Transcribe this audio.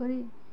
କରି